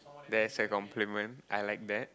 that's a compliment I like that